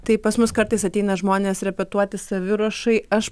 tai pas mus kartais ateina žmonės repetuoti saviruošai aš